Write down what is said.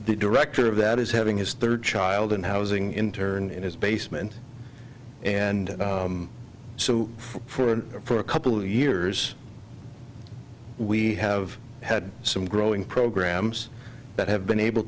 the director of that is having his third child and housing intern in his basement and so for for a couple years we have had some growing programs that have been able